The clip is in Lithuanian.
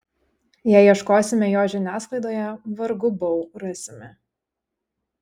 jei ieškosime jo žiniasklaidoje vargu bau rasime